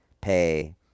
pay